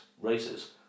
races